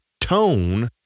tone